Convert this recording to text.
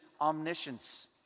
omniscience